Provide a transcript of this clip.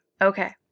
Okay